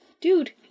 dude